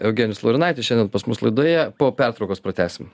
eugenijus laurinaitis šiandien pas mus laidoje po pertraukos pratęsim